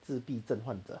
自闭症患者